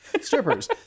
Strippers